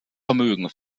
vermögen